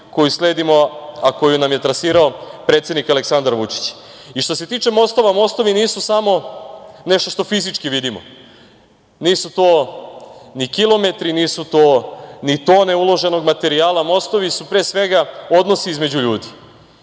koju sledimo, a koju nam je trasirao predsednik Aleksandar Vučić. Što se tiče mostova, mostovi nisu samo nešto što fizički vidimo, nisu to ni kilometri, nisu to ni tone uloženog materijala. Mostovi su, pre svega, odnosi između ljudi